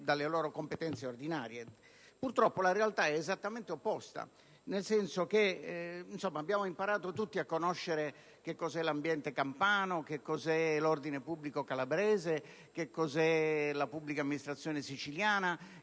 dalle loro competenze ordinarie. Purtroppo, la realtà è esattamente opposta, nel senso che abbiamo imparato tutti a conoscere cosa sia l'ambiente campano, cosa sia l'ordine pubblico calabrese, cosa sia la pubblica amministrazione siciliana,